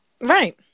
Right